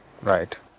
Right